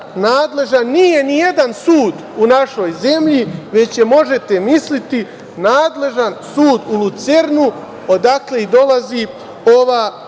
nije nijedan sud u našoj zemlji, već je, možete misliti, nadležan sud u Lucernu, odakle i dolazi ova